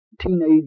teenage